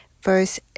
verse